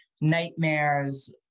nightmares